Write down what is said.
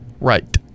Right